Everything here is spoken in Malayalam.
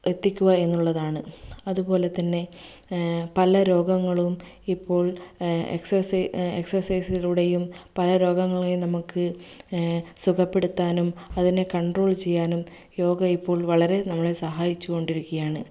എത്തിക്കുക എന്നുള്ളതാണ് അതുപോലെതന്നെ പല രോഗങ്ങളും ഇപ്പോൾ എക്സ്സൈസ് എക്സ്ർസൈസിലൂടെയും പല രോഗങ്ങളെയും നമുക്ക് സുഖപ്പെടുത്താനും അതിനെ കണ്ട്രോൾ ചെയ്യാനും യോഗ ഇപ്പോൾ വളരെ നമ്മളെ സഹായിച്ചുകൊണ്ടിരിക്കുകയാണ്